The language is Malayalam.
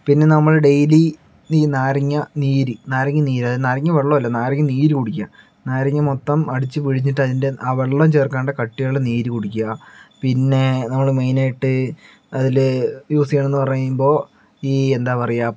പിന്നെ നമ്മൾ ഡെയിലി ഈ നാരങ്ങ നീര് നാരങ്ങ നീര് അതായത് നാരങ്ങ വെള്ളമല്ല നാരങ്ങ നീര് കുടിക്കുക നാരങ്ങ മൊത്തം അടിച്ചു പിഴിഞ്ഞിട്ട് അതിൻ്റെ ആ വെള്ളം ചേർക്കാതെ കട്ടിയുള്ള നീര് കുടിക്കുക പിന്നെ നമ്മൾ മെയിൻ ആയിട്ട് അതിൽ യൂസ് ചെയ്യണമെന്നു പറയുമ്പോൾ ഈ എന്താ പറയുക